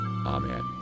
Amen